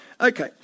Okay